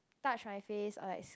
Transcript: touch my face or like